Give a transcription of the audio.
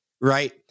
Right